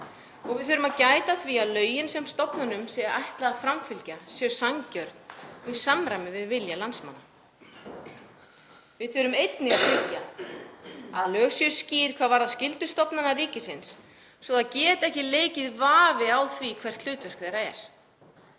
og við þurfum að gæta að því að lögin sem stofnunum er ætlað að framfylgja séu sanngjörn og í samræmi við vilja landsmanna. Við þurfum einnig að tryggja að lög séu skýr hvað varðar skyldu stofnana ríkisins, svo ekki geti leikið vafi á því hvert hlutverk þeirra er.